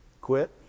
Quit